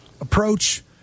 approach